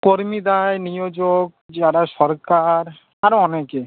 কর্মীদায় যারা সরকার আরো অনেকে